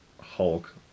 Hulk